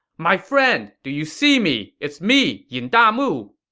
my friend, do you see me? it's me, yin damu!